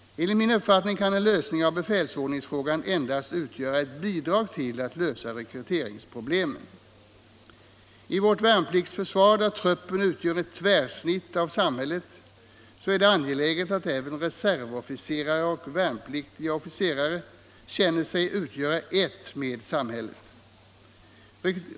Enligt min uppfattning kan en lösning av befälsordningsfrågan endast utgöra ett bidrag till att lösa rekryteringsproblemen. I vårt värnpliktsförsvar, där truppen utgör ett tvärsnitt av samhället, är det angeläget att även reservofficerare och värnpliktiga officerare känner sig utgöra ett med samhället.